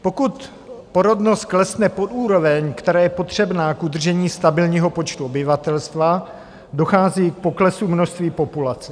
Pokud porodnost klesne pod úroveň, která je potřebná k udržení stabilního počtu obyvatelstva, dochází k poklesu množství populace.